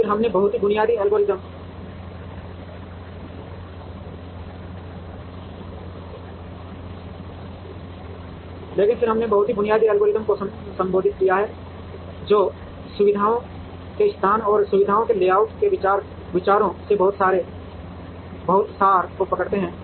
लेकिन फिर हमने बहुत ही बुनियादी एल्गोरिदम को संबोधित किया है जो सुविधाओं के स्थान और सुविधाओं के लेआउट में विचारों के बहुत सार को पकड़ते हैं